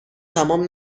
تمام